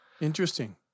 Interesting